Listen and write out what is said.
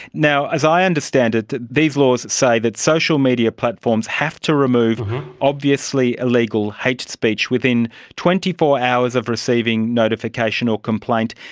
as i understand it, these laws say that social media platforms have to remove obviously illegal hate speech within twenty four hours of receiving notification or complaint,